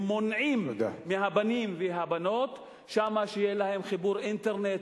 הם מונעים מהבנים והבנות שם שיהיה להם חיבור אינטרנט.